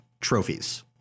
trophies